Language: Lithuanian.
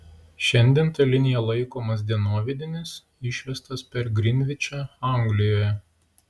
šiandien ta linija laikomas dienovidinis išvestas per grinvičą anglijoje